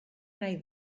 nahi